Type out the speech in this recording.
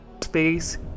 space